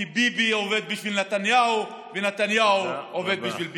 כי ביבי עובד בשביל נתניהו ונתניהו עובד בשביל ביבי.